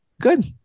Good